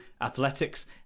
athletics